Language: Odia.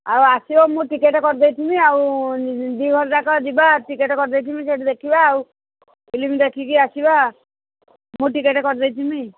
ଆଉ ଆସିବ ମୁଁ ଟିକେଟ କରିଦେଇଥିବି ଆଉ ଦୁଇ ଘର ଯାକ ଯିବା ଟିକେଟ୍ କରିଦେଇଥିବି ସେଠି ଦେଖିବା ଆଉ ଫିଲ୍ମ ଦେଖିକି ଆସିବା ମୁଁ ଟିକେଟ କରିଦେଇଥିବି